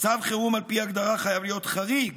"מצב חירום על פי הגדרה חייב להיות חריג.